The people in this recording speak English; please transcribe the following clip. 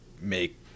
make